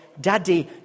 daddy